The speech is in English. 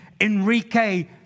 Enrique